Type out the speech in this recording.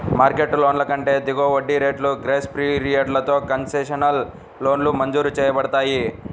market లోన్ల కంటే దిగువ వడ్డీ రేట్లు, గ్రేస్ పీరియడ్లతో కన్సెషనల్ లోన్లు మంజూరు చేయబడతాయి